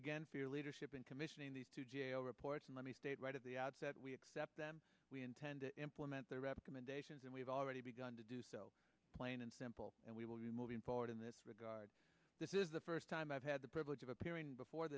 again for your leadership in commissioning these two g a o reports and let me state right at the outset we accept them we intend to implement their recommendations and we've already begun to do so plain and simple and we will be moving forward in this regard this is the first time i've had the privilege of appearing before